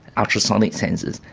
ultrasonic sensors.